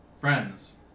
friends